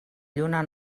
lluna